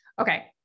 okay